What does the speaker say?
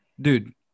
dude